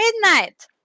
midnight